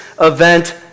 event